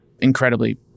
incredibly